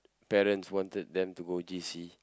parents wanted them to go J_C